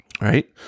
right